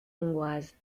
hongroises